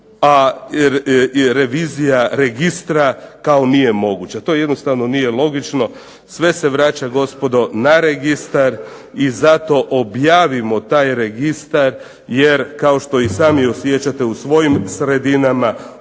i revizija registra kao nije moguća. To jednostavno nije logično. Sve se vraća gospodo na registar i zato objavimo taj registar, jer kao i što sam osjećate u svojim sredinama